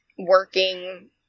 working